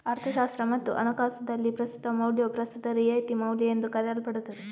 ಅರ್ಥಶಾಸ್ತ್ರ ಮತ್ತು ಹಣಕಾಸುದಲ್ಲಿ, ಪ್ರಸ್ತುತ ಮೌಲ್ಯವು ಪ್ರಸ್ತುತ ರಿಯಾಯಿತಿ ಮೌಲ್ಯಎಂದೂ ಕರೆಯಲ್ಪಡುತ್ತದೆ